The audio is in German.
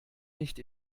nicht